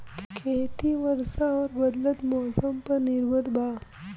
खेती वर्षा और बदलत मौसम पर निर्भर बा